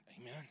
Amen